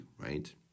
right